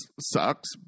sucks